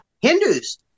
Hindus